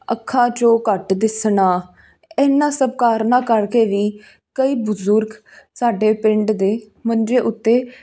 ਅੱਖਾਂ 'ਚੋਂ ਘੱਟ ਦਿਖਣਾਂ ਇਹਨਾਂ ਸਭ ਕਾਰਨਾਂ ਕਰਕੇ ਵੀ ਕਈ ਬਜ਼ੁਰਗ ਸਾਡੇ ਪਿੰਡ ਦੇ ਮੰਜੇ ਉੱਤੇ